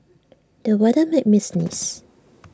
the weather made me sneeze